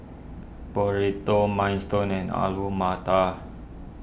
Burrito Minestone and Alu Matar